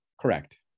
Correct